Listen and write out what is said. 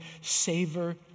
savor